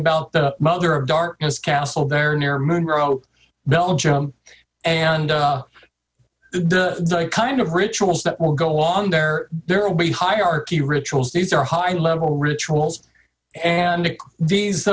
about the mother of darkness castle there near monroe belgium and kind of rituals that will go on there there will be hierarchy rituals these are high level rituals and these